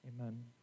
Amen